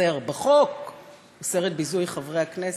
הנה משפט סיכום: אותו חוק ביזוי שאוסר בחוק את ביזוי חברי הכנסת,